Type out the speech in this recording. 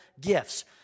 gifts